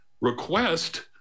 request